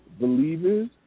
Believers